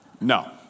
No